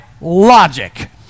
logic